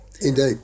Indeed